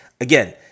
Again